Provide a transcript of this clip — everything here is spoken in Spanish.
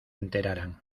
enteraran